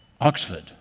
Oxford